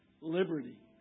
liberty